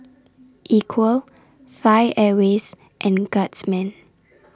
Equal Thai Airways and Guardsman